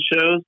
shows